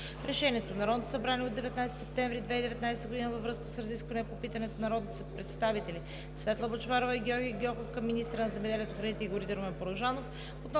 Решение на Народното събрание от 19 септември 2017 г. във връзка с разискванията по питането на народните представители Светла Бъчварова и Георги Гьоков към министъра на земеделието, храните и горите Румен Порожанов